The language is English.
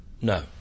No